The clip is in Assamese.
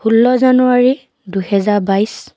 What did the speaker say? ষোল্ল জানুৱাৰী দুহেজাৰ বাইছ